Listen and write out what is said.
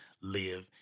live